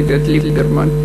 איווט ליברמן,